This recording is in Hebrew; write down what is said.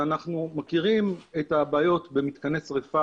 אנחנו מכירים את הבעיות במתקני שריפה,